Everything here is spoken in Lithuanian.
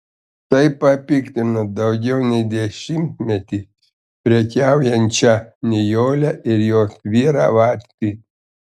tai papiktino daugiau nei dešimtmetį prekiaujančią nijolę ir jos vyrą vacį